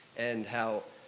and how,